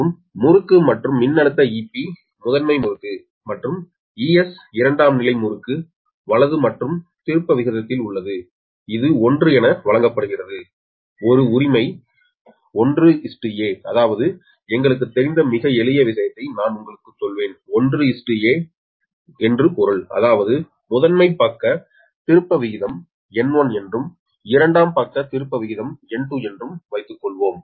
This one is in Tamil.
மற்றும் முறுக்கு மற்றும் மின்னழுத்த Ep முதன்மை முறுக்கு மற்றும் Es இரண்டாம் நிலை முறுக்கு வலது மற்றும் திருப்ப விகிதத்தில் உள்ளது இது 1 என வழங்கப்படுகிறது ஒரு உரிமை 1 a அதாவது எங்களுக்குத் தெரிந்த மிக எளிய விஷயத்தை நான் உங்களுக்குச் சொல்வேன் 1 a ஒரு பொருள் அதாவது முதன்மை பக்க திருப்ப விகிதம் N1 என்றும் இரண்டாம் பக்க திருப்ப விகிதம் N2 என்றும் வைத்துக்கொள்வோம்